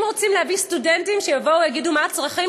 אם רוצים להביא סטודנטים שיבואו ויגידו מה הצרכים